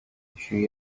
she